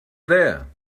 there